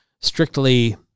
strictly